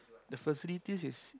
the facilities is